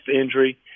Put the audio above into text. injury